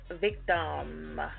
victim